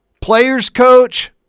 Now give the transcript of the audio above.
players-coach